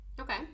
okay